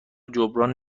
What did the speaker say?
جبران